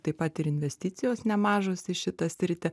taip pat ir investicijos nemažos į šitą sritį